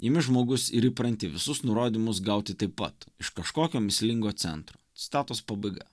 imi žmogus ir įpranti visus nurodymus gauti taip pat iš kažkokio mįslingo centro citatos pabaiga